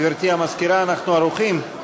גברתי המזכירה, אנחנו ערוכים.